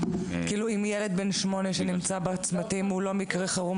אם ילד בן שמונה שנמצא בצמתים הוא לא מקרה חירום,